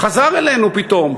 חזר אלינו פתאום.